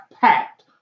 packed